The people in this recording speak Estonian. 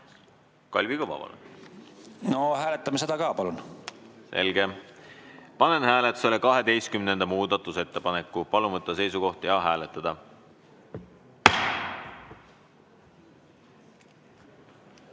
ka, palun! No hääletame seda ka, palun! Selge. Panen hääletusele 12. muudatusettepaneku. Palun võtta seisukoht ja hääletada!